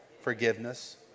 forgiveness